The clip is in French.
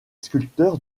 sculpteurs